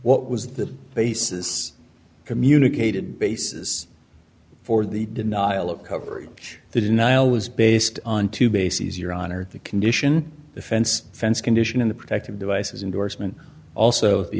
what was the basis communicated basis for the denial of coverage the denial was based on two bases your honor the condition the fence fence condition in the protective devices indorsement also the